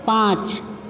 पाँच